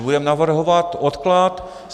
Budeme navrhovat odklad.